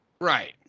Right